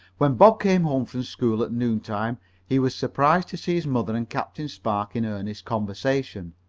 when bob came home from school that noon-time he was surprised to see his mother and captain spark in earnest conversation.